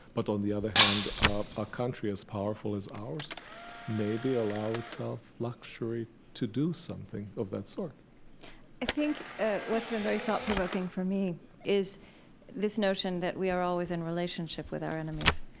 but on the other hand a country as powerful as ours maybe allow itself luxury to do something of that sort i think ah what's been very thought-provoking for me is this notion that we are always in relationship with our enemies,